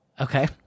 Okay